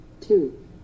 Two